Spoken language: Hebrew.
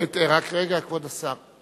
רק רגע, כבוד השר.